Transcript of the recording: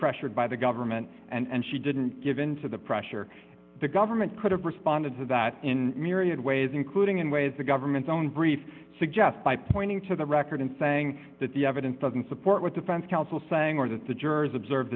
pressured by the government and she didn't give in to the pressure the government could have responded to that in myriad ways including in ways the government's own briefs suggest by pointing to the record saying the evidence doesn't support what defense counsel saying or that the jurors observe